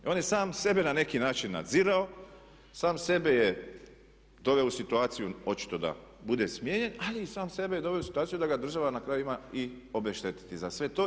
I on je sam sebe na neki način nadzirao, sam sebe je doveo u situaciju očito da bude smijenjen, ali i sam sebe je doveo u situaciju da ga država na kraju ima i obeštetiti za sve to.